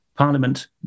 Parliament